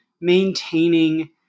maintaining